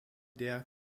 der